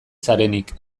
zarenik